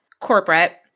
corporate